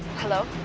hello?